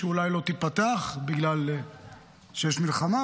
שנת הלימודים שאולי לא תיפתח בגלל שיש מלחמה,